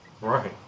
Right